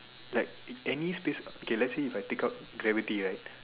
like in any space kay lets say if I take out gravity right